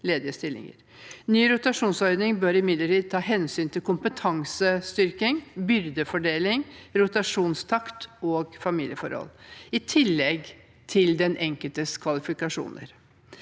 Ny rotasjonsordning bør imidlertid ta hensyn til kompetansestyrking, byrdefordeling, rotasjonstakt og familieforhold, i tillegg til den enkeltes kvalifikasjoner.